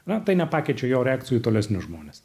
na tai nepakeičia jo reakcijų į tolesnius žmones